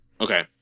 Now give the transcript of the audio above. Okay